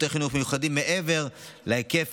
לשירותי חינוך מיוחדים מעבר להיקף